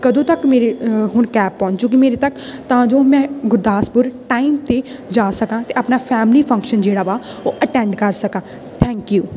ਕਦੋਂ ਤੱਕ ਮੇਰੇ ਹੁਣ ਕੈਬ ਪਹੁੰਚੇਗੀ ਮੇਰੇ ਤੱਕ ਤਾਂ ਜੋ ਮੈਂ ਗੁਰਦਾਸਪੁਰ ਟਾਈਮ 'ਤੇ ਜਾ ਸਕਾਂ ਅਤੇ ਆਪਣਾ ਫੈਮਿਲੀ ਫੰਕਸ਼ਨ ਜਿਹੜਾ ਵਾ ਉਹ ਅਟੈਂਡ ਕਰ ਸਕਾਂ ਥੈਂਕ ਯੂ